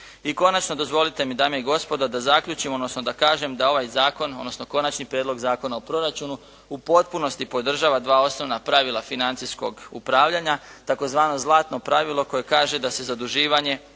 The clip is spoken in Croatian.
I konačno, dozvolite mi dame i gospodo da zaključim, odnosno da kažem da ovaj zakon, odnosno Konačni prijedlog Zakona o proračunu u potpunosti podržava dva osnovna pravila financijskog upravljanja tzv. zlatno pravilo koje kaže da se zaduživanje